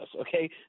okay